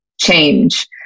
change